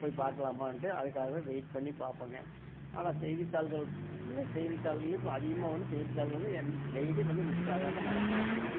போய் பார்க்கலாமான்ட்டு அதுக்காகவே வெயிட் பண்ணி பார்ப்போங்க ஆனால் செய்தித்தாள்கள் செய்தித்தாள்கள்லையும் அதிகமாக வந்து செய்தித்தாள்கள் வந்து டெயிலியும் வந்து மிஸ் ஆகாமல் நாங்கள் பார்ப்போங்க